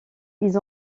ils